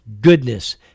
goodness